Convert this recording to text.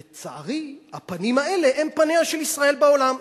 לצערי, הפנים האלה הם פניה של ישראל בעולם.